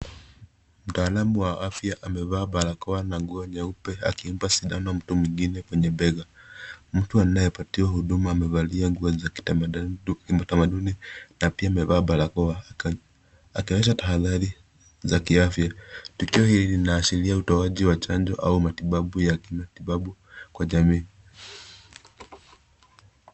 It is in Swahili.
Mtaalamu wa afya amevaa barakoa na glavu nyeupe akimpa sidano mtu mwingine kwenye bega, mtu anayepatiwa huduma amevalia nguo za kitamaduni na pia amevaa barakoa, akionyesha tahadhari za kiafya. Tukio hili inaashiria utoaji chanjo au matibabu ya kimatibabu kwa jamii.